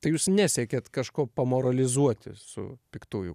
tai jūs nesiekiat kažko pamoralizuoti su piktųjų